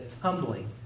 tumbling